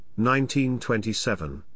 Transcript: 1927